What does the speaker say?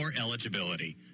eligibility